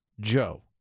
Joe